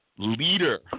leader